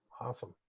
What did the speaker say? Awesome